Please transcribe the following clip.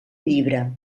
llibre